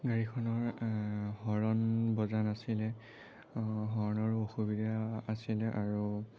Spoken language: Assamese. গাড়ীখনৰ হৰণ বজা নাছিলে হৰ্ণৰো অসুবিধা আছিলে আৰু